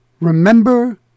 remember